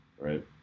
right